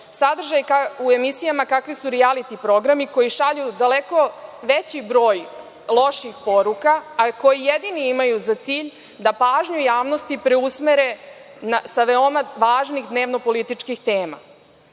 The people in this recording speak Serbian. sadržaj u emisijama kakvi su rijaliti programi koji šalju daleko veći broj loših poruka, a koji jedino imaju za cilj da pažnju javnosti preusmere sa veoma važnih dnevno političkih tema,